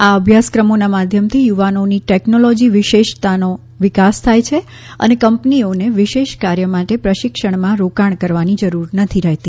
આ અભ્યાસક્રમોના માધ્યમથી યુવાનોની ટેકનોલોજી વિશેષતાનો વિકાસ થાય છે અને કંપનીઓને વિશેષ કાર્ય માટે પ્રશિક્ષણમાં રોકાણ કરવાની જરૂર નથી રહેતી